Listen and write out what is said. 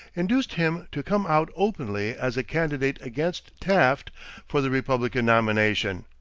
induced him to come out openly as a candidate against taft for the republican nomination.